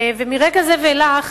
מרגע זה ואילך,